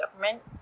government